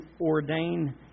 ordain